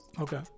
Okay